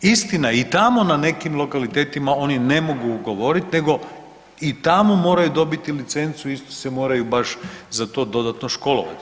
Istina je i tamo na nekim lokalitetima oni ne mogu govoriti nego i tamo moraju dobiti licencu isto se moraju baš za to dodatno školovati.